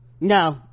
No